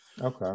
okay